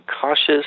cautious